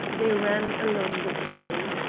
they ran along the quay.